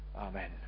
Amen